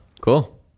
cool